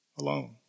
alone